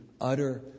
utter